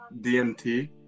DMT